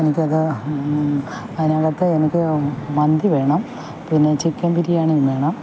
എനിക്കത് അതിനകത്ത് എനിക്ക് മന്തി വേണം പിന്നെ ചിക്കൻ ബിരിയാണിയും വേണം